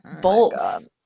bolts